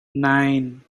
nine